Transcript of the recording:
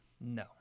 No